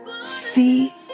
see